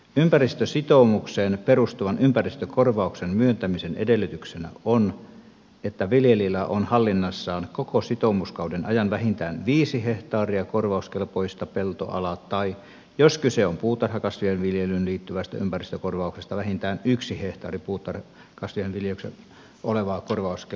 ympäristösitoumukseen perustuvan ympäristökorvauksen myöntämisen edellytyksenä on että viljelijällä on hallinnassaan koko sitoumuskauden ajan vähintään viisi hehtaaria korvauskelpoista peltoalaa tai jos kyse on puutarhakasvien viljelyyn liittyvästä ympäristökorvauksesta vähintään yksi hehtaari puutarhakasvien viljelyksessä olevaa korvauskelpoista peltoalaa